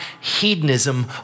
hedonism